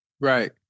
Right